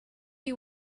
you